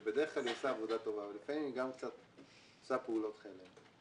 שבדרך כלל היא עושה עבודה טובה אבל לפעמים היא גם קצת עושה פעולות חלם,